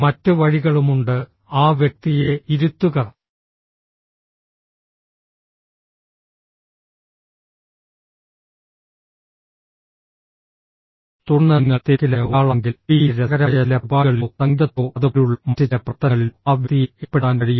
മറ്റ് വഴികളുമുണ്ട് ആ വ്യക്തിയെ ഇരുത്തുക തുടർന്ന് നിങ്ങൾ തിരക്കിലായ ഒരാളാണെങ്കിൽ ടിവിയിലെ രസകരമായ ചില പരിപാടികളിലോ സംഗീതത്തിലോ അത് പോലുള്ള മറ്റ് ചില പ്രവർത്തനങ്ങളിലോ ആ വ്യക്തിയെ ഏർപ്പെടുത്താൻ കഴിയും